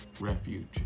Refuge